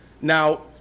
Now